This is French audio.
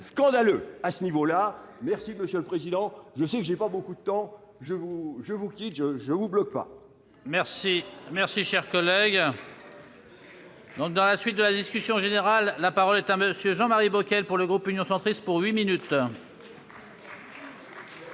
scandaleux à ce niveau-là, merci Monsieur le Président, je sais que j'ai pas beaucoup de temps, je vous je vous quitte, je je vous bloque pas. Merci, merci, cher collègue. Non à la suite de la discussion générale, la parole est à monsieur Jean-Marie Bockel pour le groupe Union centriste pour 8 minutes.